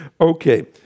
okay